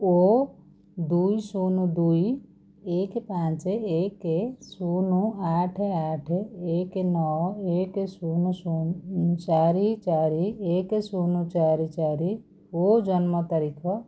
ଓ ଦୁଇ ଶୂନ ଦୁଇ ଏକ ପାଞ୍ଚ ଏକ ଶୂନ ଆଠ ଆଠ ଏକ ନଅ ଏକ ଶୂନ ଶୂନ ଚାରି ଚାରି ଏକ୍ ଶୂନ ଚାରି ଚାରି ଓ ଜନ୍ମ ତାରିଖ